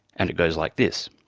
and it goes like this.